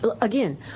Again